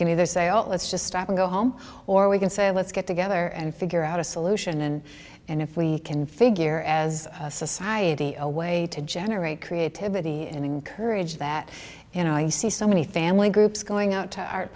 can either say oh let's just stop and go home or we can say let's get together and figure out a solution and if we can figure as a society a way to generate creativity and encourage that you know you see so many family groups going out to art